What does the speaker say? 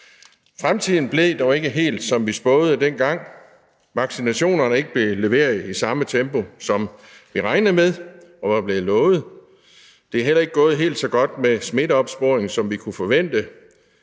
Fremtiden blev dog ikke helt, som vi spåede dengang: Vaccinationerne er ikke blevet leveret i samme tempo, som vi regnede med og var blevet lovet, det er heller ikke gået helt så godt med smitteopsporing, som vi kunne forvente,